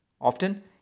Often